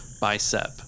bicep